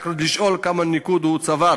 רק כדי לשאול כמה נקודות הוא צבר.